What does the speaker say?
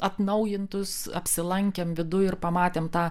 atnaujintus apsilankėm viduj ir pamatėm tą